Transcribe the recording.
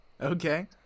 Okay